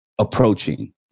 approaching